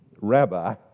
rabbi